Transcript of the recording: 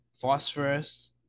phosphorus